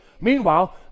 Meanwhile